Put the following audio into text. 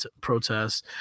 protests